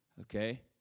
Okay